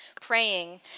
praying